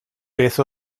beth